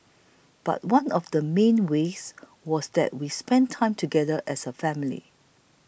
but one of the main ways was that we spent time together as a family